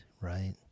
right